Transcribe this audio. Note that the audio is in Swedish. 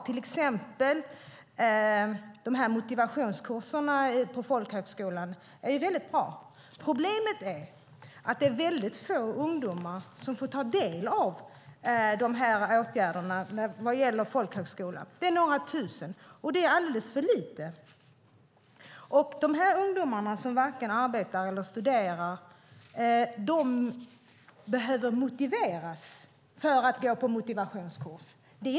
Till exempel är motivationskurserna på folkhögskolan väldigt bra. Problemet är att det är väldigt få ungdomar, bara några tusen, som får ta del av de här åtgärderna vad gäller folkhögskolan, och det är alldeles för lite. De här ungdomarna som varken arbetar eller studerar behöver motiveras för att gå på motivationskurs.